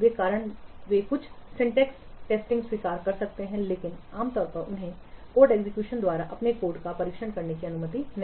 के कारण वे कुछ सिंटेक्स टेस्टिंग स्वीकार कर सकते हैं लेकिन आमतौर पर उन्हें कोड एग्जीक्यूशन द्वारा अपने कोड का परीक्षण करने की अनुमति नहीं है